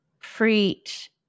Preach